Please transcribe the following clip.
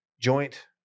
joint